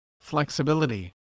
Flexibility